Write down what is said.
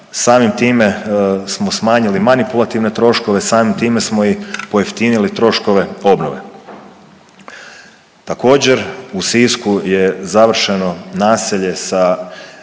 Samim time smo smanjili manipulativne troškove, samim time smo i pojeftinili troškove obnove. Također u Sisku je završeno naselje sa